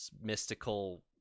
mystical